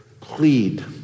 plead